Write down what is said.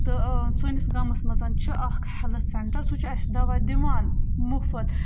تہٕ سٲنِس گامَس منٛز چھِ اَکھ ہٮ۪لٕتھ سٮ۪نٛٹَر سُہ چھُ اَسہِ دَوا دِوان مُفٕت